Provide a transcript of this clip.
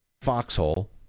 Foxhole